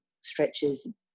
stretches